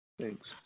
Thanks